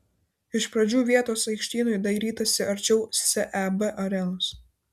iš pradžių vietos aikštynui dairytasi arčiau seb arenos